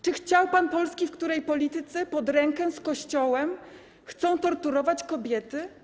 Czy chciał pan Polski, w której politycy pod rękę z Kościołem chcą torturować kobiety?